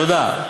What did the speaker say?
תודה.